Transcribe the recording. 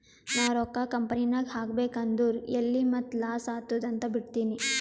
ನಾ ರೊಕ್ಕಾ ಕಂಪನಿನಾಗ್ ಹಾಕಬೇಕ್ ಅಂದುರ್ ಎಲ್ಲಿ ಮತ್ತ್ ಲಾಸ್ ಆತ್ತುದ್ ಅಂತ್ ಬಿಡ್ತೀನಿ